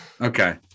okay